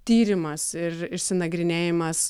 tyrimas ir išsinagrinėjimas